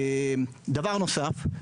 דבר נוסף,